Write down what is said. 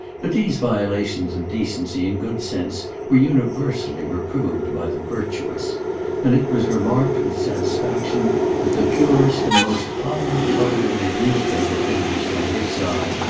but these violations of decency and good sense were universally reproved by the virtuous and it was remarked with satisfaction that the purest and most highly cultivated newspaper editors on his side,